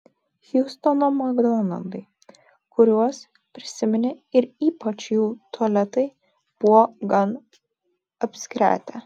hjustono makdonaldai kuriuos prisiminė ir ypač jų tualetai buvo gan apskretę